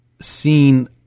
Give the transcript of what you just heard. seen